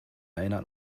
erinnert